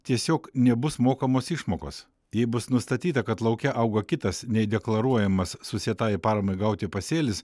tiesiog nebus mokamos išmokos jei bus nustatyta kad lauke auga kitas nei deklaruojamas susietajai paramai gauti pasėlis